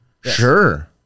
Sure